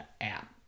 app